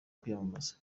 kwiyamamaza